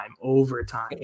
overtime